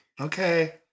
Okay